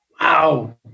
wow